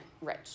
rich